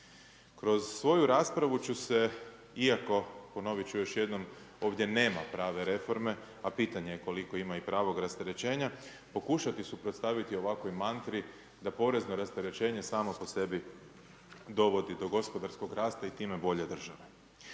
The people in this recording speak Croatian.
Kroz svoju raspravu ću se, iako, ponovit ću još jednom, ovdje nema prave reforme, a pitanje je koliko ima i pravog rasterećenja, pokušati suprotstaviti ovakvoj mantri da porezno rasterećenje samo po sebi dovodi do gospodarskog rasta i time bolje države.